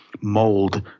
mold